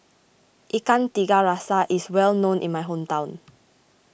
Ikan Tiga Rasa is well known in my hometown